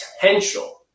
potential